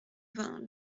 vingt